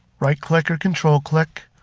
right-click or control-click,